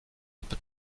peut